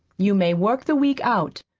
you may work the week out.